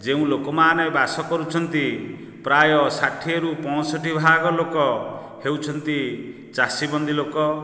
ଯେଉଁ ଲୋକମାନେ ବାସ କରୁଛନ୍ତି ପ୍ରାୟ ଷାଠିଏରୁ ପଞ୍ଚଷଠି ଭାଗ ଲୋକ ହେଉଛନ୍ତି ଚାଷୀବନ୍ଦୀ ଲୋକ